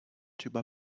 tuba